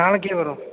நாளைக்கே வரோம்